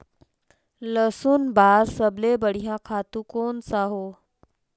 लसुन बार सबले बढ़िया खातु कोन सा हो?